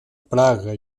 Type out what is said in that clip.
praga